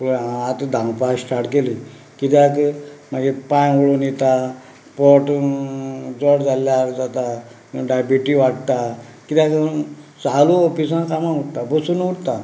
हय हांवें आतां धांवपाक स्टार्ट केलें कित्याक म्हजे पांय वळून येता पोट जड जाल्ले जाता डायबेटीस वाडटा कित्याक लागून चालू ऑफिसांत कामाक उरतां बसून उरतां